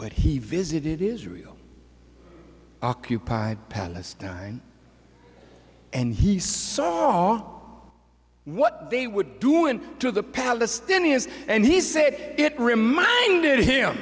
but he visited israel occupied palestine and he saw them what they would do it to the palestinians and he said it reminded him